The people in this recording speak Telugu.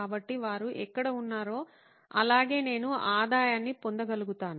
కాబట్టి వారు ఎక్కడ ఉన్నారో అలాగే నేను ఆదాయాన్ని పొందగలుగుతాను